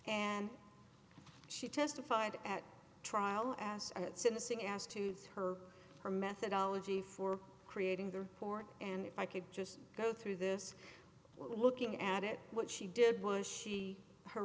and she testified at trial as at syncing as tooth her her methodology for creating the court and if i could just go through this looking at it what she did was she her